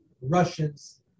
Russians